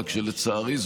רק שלצערי,